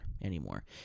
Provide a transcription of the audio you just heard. anymore